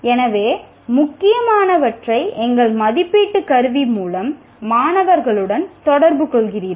எனவே முக்கியமானவற்றை எங்கள் மதிப்பீட்டு கருவி மூலம் மாணவர்களுடன் தொடர்புகொள்கிறீர்கள்